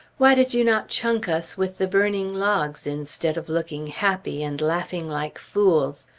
why did you not chunk us with the burning logs instead of looking happy, and laughing like fools?